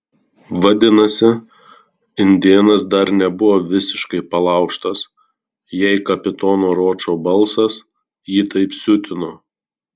vadinasi indėnas dar nebuvo visiškai palaužtas jei kapitono ročo balsas jį taip siutino